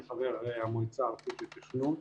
אני חבר המועצה הארצית לתכנון.